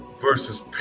versus